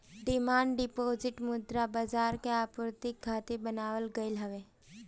demand deposit मुद्रा बाजार के आपूर्ति खातिर बनावल गईल हवे